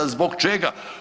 Zbog čega?